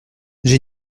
j’ai